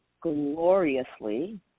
gloriously